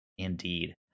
Indeed